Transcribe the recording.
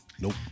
Nope